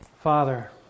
Father